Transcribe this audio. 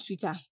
Twitter